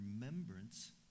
remembrance